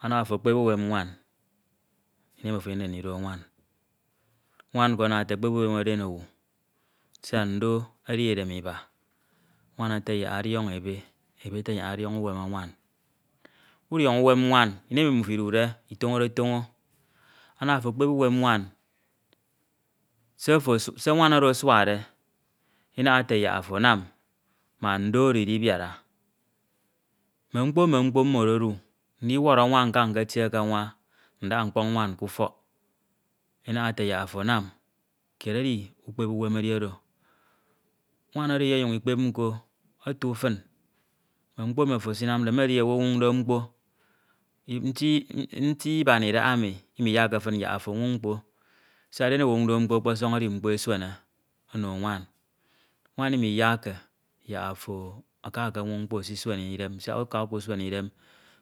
Ana ofo ekpep uwem nwan kini emi ofo enyemde ndido nwan, nwan nko ana ekpep uwen den owu siak ndo edi edem iba. Nwan ete yak ọdiọñọ ebe, ebe ete yak ọdiọñọ uwem anwan. Udiọñọ uwem nwan, ini emi mmfuo idude itoñodetoño, ana ofo ekpep uwem nwan, se nwan oro asuade inaha ete of anam mak ndo oro idibiara, mme mkpo mme mkpo do odu, ndiwọrọ anwa nka nketie ke anwa ndaha mkpọñ nwan k’ufọk inaha ete yak of anam, kied ed. Ukpep uwem edi oro. Nwan oro inyenyuñ ekpep mkpo ohe fin, mme mkpo emi ofo esinamde nko medi owu esinwoñde mkpo, nti iban idahaemi imiyakke fin yak ofo onwoñ mkpo siak den owu onwoñde mkpo ọkpọ sọn edi mkpo esuene one nwan, nwan imigakke yak ofo aku okonwoñ mkpo aka ekesuene idem siak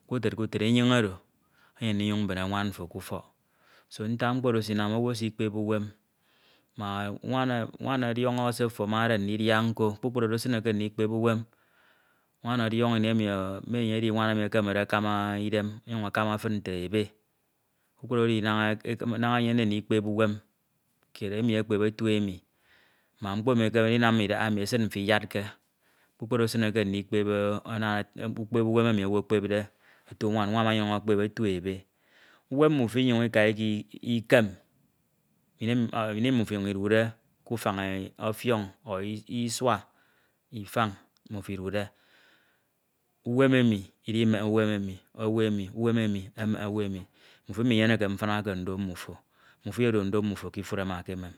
k’utid k’utid enyin oro enyem ndinyoñ mbine nwan mfo k’ufọk do ntak mkpo oro esinam owu esikpep uwem mak nwan oro ọdiọñọ se ofo amade ndidia nko, nwan oro ọdiọñọ me enye edi nwan emi ekemede akama idem, ọnyuñ akama fin nte ebe, kpukpru oro edi naña enyemde ndikpep uwem kied emi ekpep otie emi mak mkpo emi ekeme inam idahaemi esid mfo iyatke, kpukpru oro esine ke ndikpep, ana ete ukpep uwem emi owu ekpepde otu nwan, nwan ọnyuñ ekpep otie ebe. Uwem mmefo inyinika ikekem, ini emi mmyfo inyuñ idude k’ufañ ọfiọñ ọ isua mmufo idude uwem emi idimehe owu emi, uwem enu emehe owu emi, mnufo iminyeneke mfina ke ndo mmufo, mmufo iyedo mmufo k’ifure ma ke emem